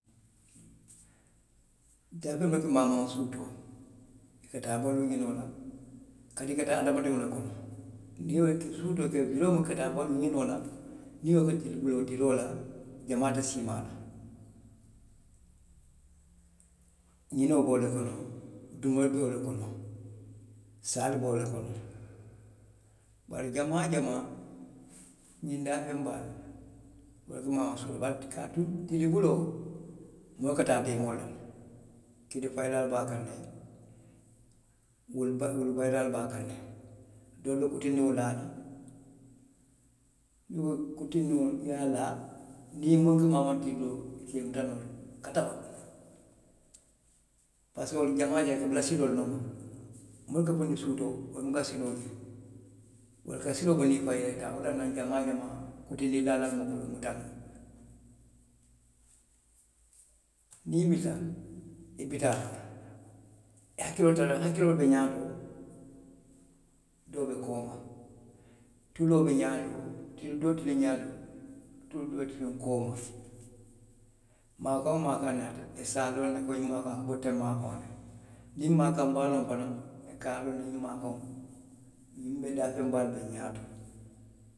Daafeŋolu minnu ka maamaŋ suutoo. ka taa domori ňinoo la. aduŋ i ka tara hadamadiŋolu le kono. suutoo, ki wiloo muŋ ke ka taa domori ňinoo la. niŋ i ye wo ke tilibiloo, tiloo la. jamaa te siimaayaa la.ňinoo be wolu le kono. durumee be wolu le kono. saa be wolu le kono. Bari jamaa jamaa, ňiŋ daafeŋ baalu. i buka maamaŋ tilibiloo, kaatu tilibiloo, moo ka taa deemoo la le. kidi fayilaalu be a kaŋ ne. wulu ba, wulu bayilaalu be a kaŋ ne. doolu be kutindiŋolu laa la. Doolu kutindiŋo niŋ i ye a laa. niŋ muŋ ka maamaŋ tilibiloo. i ka i muta noo le katabakeparisiko wolu jamaa jamaa i ka bulasiloolu le nooma. munnu ka funti suutoo, wolu buka sinnoo jiibee. Wolu ka siloo boni i faŋ i ye taa. Wolaŋ na jamaa jamaa kutindiŋ laalu buka wolu muta noo. Niŋ i wilita, i bi taa, i hakkiloo te tara jaŋ, i hakkiloo ka be ňaato, doo be kooma, tuloo be ňaato, tulu kiliŋ doo be ňaa to, tulu kiliŋ doo be kooma maakaŋ maakaŋ naata i se a loŋ ko ňiŋ maakaŋo be teŋ maafaŋo la. Niŋ maakaŋ baa loŋ fanaŋ, i ka a loŋ ne ňiŋ maakaŋo, nbe daafeŋ baalu le ňaato.